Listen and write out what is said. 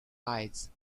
eyes